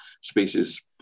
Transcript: species